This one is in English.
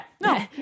no